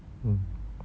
hmm